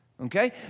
Okay